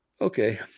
Okay